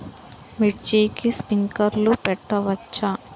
మిర్చికి స్ప్రింక్లర్లు పెట్టవచ్చా?